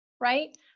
right